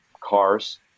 cars